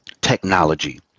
technology